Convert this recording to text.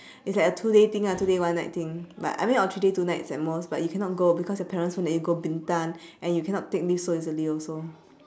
it's like a two day thing lah two day one night thing but I mean or three day two night at most but you cannot go because your parents won't let you go bintan and you cannot take leave so easily also